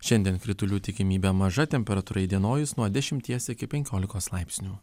šiandien kritulių tikimybė maža temperatūra įdienojus nuo dešimties iki penkiolikos laipsnių